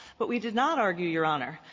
but we did not argue, your honor,